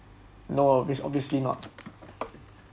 no obviously not